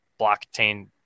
blockchain